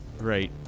Right